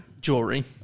Jewelry